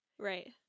Right